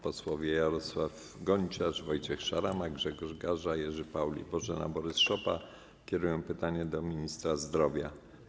Posłowie Jarosław Gonciarz, Wojciech Szarama, Grzegorz Gaża, Jerzy Paul i Bożena Borys-Szopa kierują pytanie do ministra zdrowia.